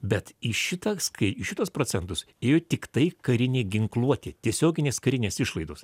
bet į šitą kai į šituos procentus įėjo tiktai karinė ginkluotė tiesioginės karinės išlaidos